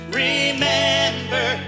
remember